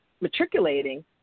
matriculating